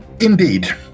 Indeed